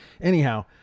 Anyhow